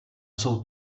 jsou